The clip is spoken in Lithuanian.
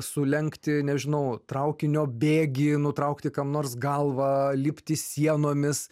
sulenkti nežinau traukinio bėgį nutraukti kam nors galvą lipti sienomis